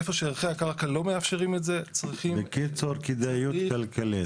איפה שערכי הקרקע לא מאפשרים את זה צריך כדאיות כלכלית.